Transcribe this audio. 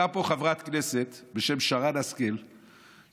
הייתה פה חברת כנסת בשם שרן השכל שהודיעה